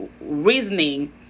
reasoning